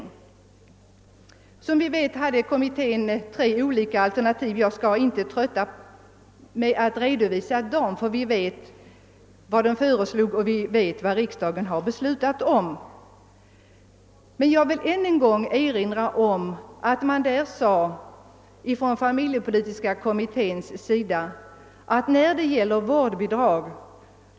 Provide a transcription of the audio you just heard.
Som vi vet hade kommittén tre olika alternativ. Jag skall inte trötta med att nu redovisa dem, eftersom vi vet vad kommittén föreslog och vet vad riksdagen beslutade. Jag vill emellertid än nu en gång erinra om att familjepolitiska kommittén sade att i diskussionen om ett vårdbidrag måste även moderskapsförsäkringens utformning behandlas.